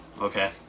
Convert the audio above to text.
okay